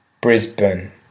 Brisbane